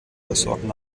versorgen